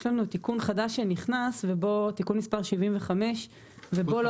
יש לנו תיקון חדש שנכנס תיקון מס' 75 ובו לא